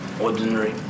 ordinary